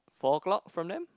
four o-clock from them